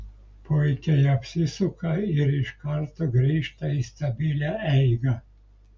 puikiai apsisuka ir iš karto grįžta į stabilią eigą